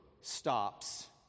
stops